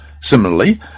Similarly